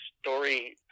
story